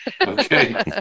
Okay